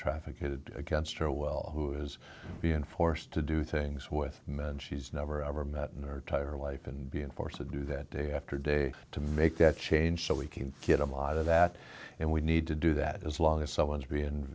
traffic good against her well who is being forced to do things with men she's never ever met in our tire life and being forced to do that day after day to make that change so we can get a lot of that and we need to do that as long as someone's b